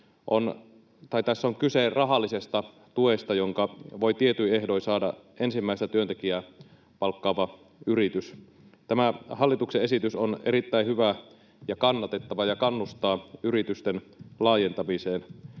on kyse rahallisesta tuesta, jonka voi tietyin ehdoin saada ensimmäistä työntekijää palkkaava yritys. Tämä hallituksen esitys on erittäin hyvä ja kannatettava ja kannustaa yritysten laajentamiseen.